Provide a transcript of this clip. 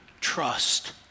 trust